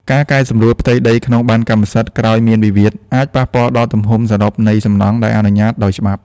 ការកែសម្រួលផ្ទៃដីក្នុងប័ណ្ណកម្មសិទ្ធិក្រោយមានវិវាទ អាចប៉ះពាល់ដល់ទំហំសរុបនៃសំណង់ដែលអនុញ្ញាតដោយច្បាប់។